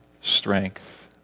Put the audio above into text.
strength